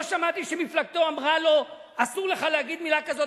לא שמעתי שמפלגתו אמרה לו: אסור לך להגיד מלה כזאת,